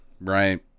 right